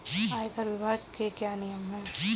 आयकर विभाग के क्या नियम हैं?